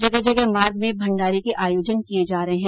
जगह जगह मार्ग में भण्डारे के आयोजन किये जा रहे है